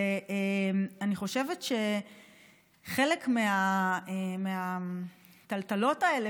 אני חושבת שחלק מהטלטלות האלה